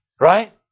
right